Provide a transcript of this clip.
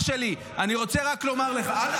אח שלי, אני רוצה רק לומר לך ------ אל.